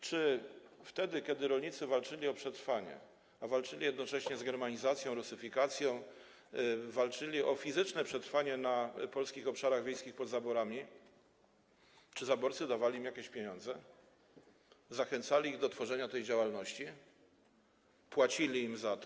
Czy wtedy, kiedy rolnicy walczyli o przetrwanie, a walczyli jednocześnie z germanizacją, rusyfikacją, walczyli o fizyczne przetrwanie na polskich obszarach wiejskich pod zaborami, czy zaborcy dawali im jakieś pieniądze, zachęcali ich do tej działalności, płacili im za to?